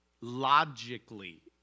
Logically